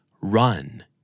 Run